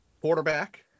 quarterback